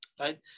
right